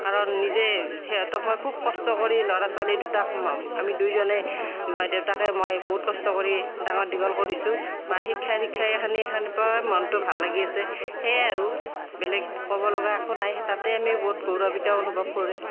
কাৰণ নিজে সিহঁতক মই খুব কষ্ট কৰি ল'ৰা ছোৱালী দুটাক আমি দুইজনে বা দেউতাকে মই বহুত কষ্ট কৰি ডাঙৰ দীঘল কৰিছোঁ বা শিক্ষা দীক্ষাই এইখিনি কৰাৰ পৰাই মনটো ভাল লাগি আছে সেয়ে আৰু বেলেগ ক'বলগীয়া একো নাই তাতে আমি বহুত গৌৰৱান্বিত অনুভৱ কৰোঁ